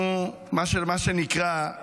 אנחנו, מה שנקרא,